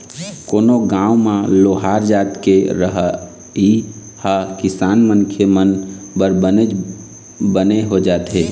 कोनो गाँव म लोहार जात के रहई ह किसान मनखे मन बर बनेच बने हो जाथे